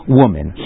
woman